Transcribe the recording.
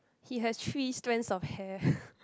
he has three strands of hair